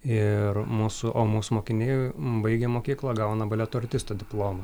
ir mūsų o mūsų mokiniai baigę mokyklą gauna baleto artisto diplomą